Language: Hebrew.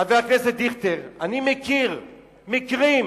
חבר הכנסת דיכטר, אני מכיר מקרים